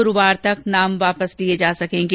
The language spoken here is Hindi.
गुरूवार तक नाम वापस लिये जा सकेंगे